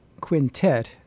quintet